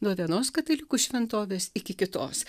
nuo vienos katalikų šventovės iki kitos